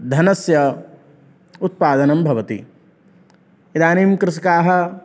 धनस्य उत्पादनं भवति इदानीं कृषकाः